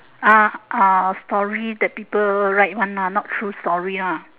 ah ah story that people write one ah not true story lah